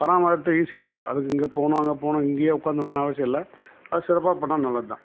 பராமரித்து ஈஸி தான் அதுக்கு இங்கே போகணும் அங்கே போகணும் இங்கேயே உட்காந்து இருக்கணுனு அவசியம் இல்லை அது சிறப்பாக பண்ணா நல்லது தான்